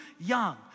young